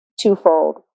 twofold